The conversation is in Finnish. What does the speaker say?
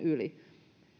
yli